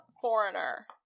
Foreigner